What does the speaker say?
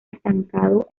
estancado